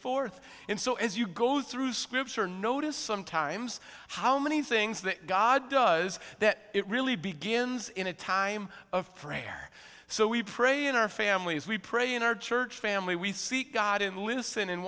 forth in so as you go through scripture notice sometimes how many things that god does that it really begins in a time of prayer so we pray in our families we pray in our church family we seek god and listen and